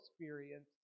experience